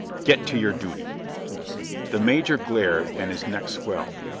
get to your duty the major glared and his neck swelled.